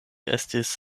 estis